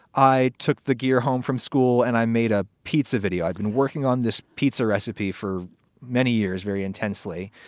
i took the gear home from school and i made a pizza video. i'd been working on this pizza recipe for many years, very intensely.